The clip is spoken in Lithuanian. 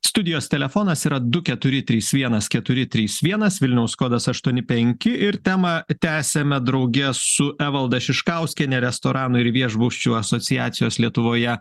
studijos telefonas yra du keturi trys vienas keturi trys vienas vilniaus kodas aštuoni penki ir temą tęsiame drauge su evalda šiškauskiene restoranų ir viešbučių asociacijos lietuvoje